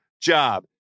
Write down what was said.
job